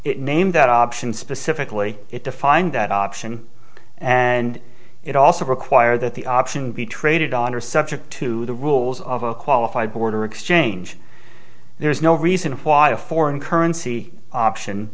it named that option specifically it defined that option and it also require that the option be traded on or subject to the rules of a qualified border exchange there's no reason why a foreign currency option